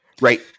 right